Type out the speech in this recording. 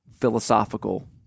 philosophical